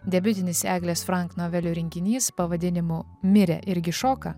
debiutinis eglės frank novelių rinkinys pavadinimu mirė irgi šoka